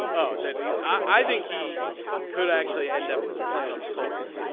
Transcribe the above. oh daddy i think he could actually end up playing on the colts